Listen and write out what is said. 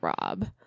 Rob